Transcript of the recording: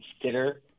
consider